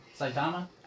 Saitama